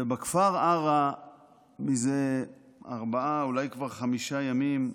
ובכפר עארה זה ארבעה ימים,